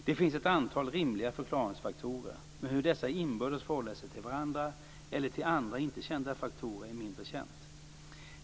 Det finns ett antal rimliga förklaringsfaktorer, men hur dessa inbördes förhåller sig till varandra eller till andra inte kända faktorer är mindre känt.